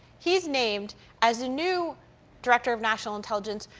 he's named as the new director of national intelligence,